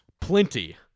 plenty